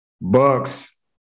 Bucks